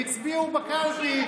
והצביעו בקלפי,